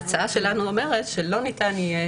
הבנתי.